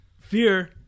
Fear